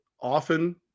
Often